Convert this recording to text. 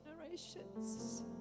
generations